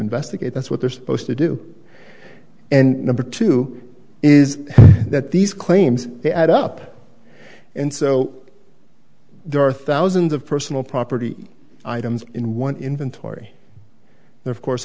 investigate that's what they're supposed to do and number two is that these claims they add up and so there are thousands of personal property items in one inventory of course